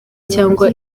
cyangwa